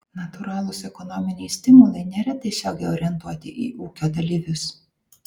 natūralūs ekonominiai stimulai nėra tiesiogiai orientuoti į ūkio dalyvius